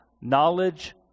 Knowledge